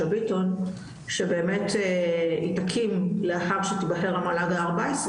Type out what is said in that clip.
ביטון שבאמת היא תקים לאחר שתתבהר המל"ג ה-14,